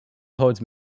holds